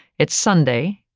it's sunday,